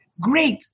Great